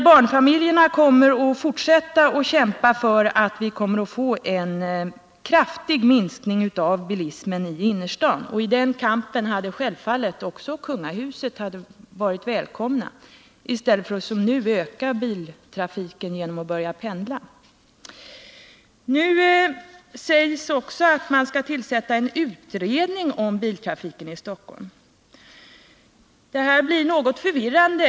Barnfamiljerna kommer att fortsätta att kämpa för att vi skall få en kraftig minskning av bilismen i innerstaden. I den kampen hade självfallet också kungahuset varit välkommet att delta i stället för att som nu öka biltrafiken genom att börja pendla. I svaret sägs också att kommunikationsministern skall tillsätta en utredare i syfte att förbättra trafikmiljön i Storstockholmsområdet. Det här blir något förvirrande.